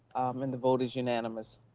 and the vote is unanimous.